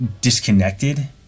disconnected